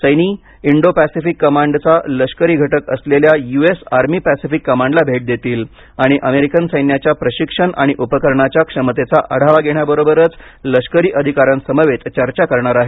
Saini Indo Pacific कमांडचा लष्करी घटक असलेल्या यू एस आर्मी पॅसिफिक कमांडला भेट देतील आणि अमेरिकन सैन्याच्या प्रशिक्षण आणि उपकरणाच्या क्षमतेचा आढावा घेण्याबरोबरच लष्करी अधिका यांसमवेत चर्चा करणार आहेत